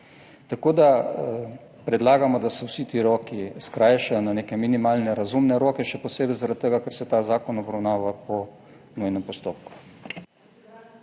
Tako predlagamo, da se vsi ti roki skrajšajo na neke minimalne, razumne roke, še posebej zaradi tega, ker se ta zakon obravnava po nujnem postopku.